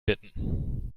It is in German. bitten